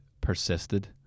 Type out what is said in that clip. persisted